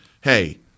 hey